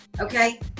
okay